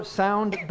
sound